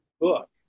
book